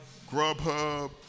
Grubhub